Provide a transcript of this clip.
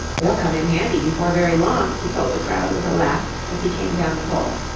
they'll come in handy before very long, he told the crowd with a laugh as he came down the pole.